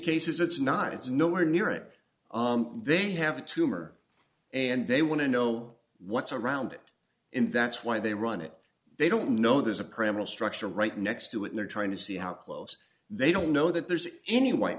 cases it's not it's nowhere near it they have a tumour and they want to know what's around and that's why they run it they don't know there's a primal structure right next to it they're trying to see how close they don't know that there's any white